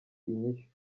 inyishu